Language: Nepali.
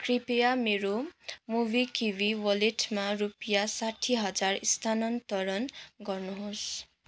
कृपया मेरो मोबिकिवीमा वालेटमा रुपियाँ साठी हजार स्थानान्तरण गर्नुहोस्